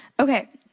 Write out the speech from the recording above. okay.